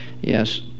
Yes